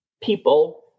people